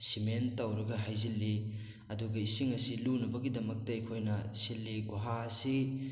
cement ꯇꯧꯔꯒ ꯍꯩꯖꯤꯜꯂꯤ ꯑꯗꯨꯒ ꯏꯁꯤꯡ ꯑꯁꯤ ꯂꯨꯅꯕꯒꯤꯗꯃꯛꯇ ꯑꯩꯈꯣꯏꯅ ꯁꯤꯜꯂꯤ ꯒꯨꯍꯥ ꯑꯁꯤ